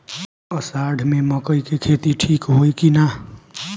अषाढ़ मे मकई के खेती ठीक होई कि ना?